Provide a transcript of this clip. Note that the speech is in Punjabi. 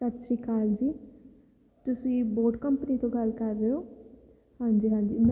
ਸਤਿ ਸ਼੍ਰੀ ਅਕਾਲ ਜੀ ਤੁਸੀਂ ਬੋਟ ਕੋਂਪਨੀ ਤੋਂ ਗੱਲ ਕਰ ਰਹੇ ਹੋ ਹਾਂਜੀ ਹਾਂਜੀ ਮੈਂ